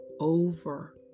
over